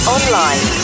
Online